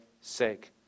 sake